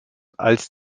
als